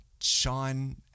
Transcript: shine